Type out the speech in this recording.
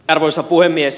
arvoisa puhemies